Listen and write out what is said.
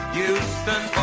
Houston